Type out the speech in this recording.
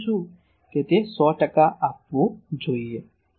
હું ઈચ્છું છું કે 100 ટકા આપવું જોઈએ